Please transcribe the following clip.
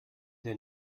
der